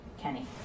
Kenny